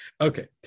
Okay